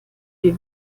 wie